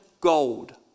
gold